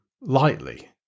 lightly